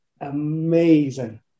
amazing